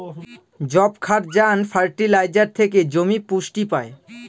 যবক্ষারজান ফার্টিলাইজার থেকে জমি পুষ্টি পায়